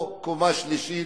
או לקומה השלישית,